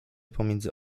pomiędzy